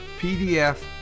PDF